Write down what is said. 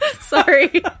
Sorry